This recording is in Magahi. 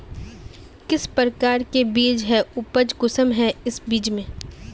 किस प्रकार के बीज है उपज कुंसम है इस बीज में?